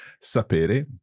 sapere